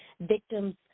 victims